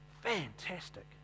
Fantastic